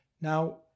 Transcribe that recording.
Now